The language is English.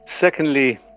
Secondly